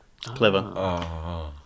clever